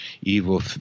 evil